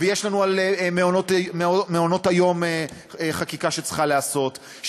ויש לנו במעונות היום חקיקה שצריכה להיעשות,